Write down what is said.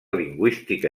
lingüística